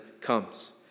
comes